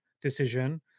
decision